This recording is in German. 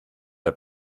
der